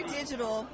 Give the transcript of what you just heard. digital